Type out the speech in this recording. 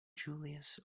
julius